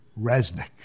Resnick